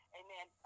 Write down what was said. Amen